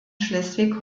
schleswig